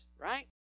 right